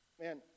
Man